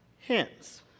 Hence